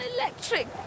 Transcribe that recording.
electric